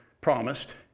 promised